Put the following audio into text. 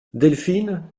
delphine